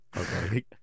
Okay